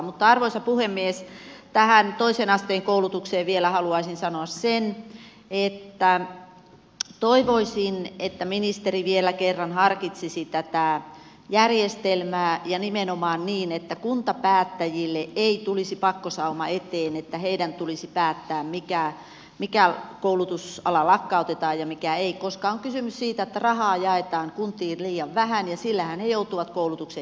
mutta arvoisa puhemies tähän toisen asteen koulutukseen vielä haluaisin sanoa sen että toivoisin että ministeri vielä kerran harkitsisi tätä järjestelmää ja nimenomaan niin että kuntapäättäjille ei tulisi pakkosauma eteen että heidän tulisi päättää mikä koulutusala lakkautetaan ja mikä ei koska on kysymys siitä että rahaa jaetaan kuntiin liian vähän ja sillähän he joutuvat koulutuksen järjestämään